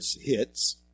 hits